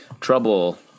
trouble